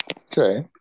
Okay